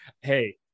Hey